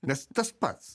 nes tas pats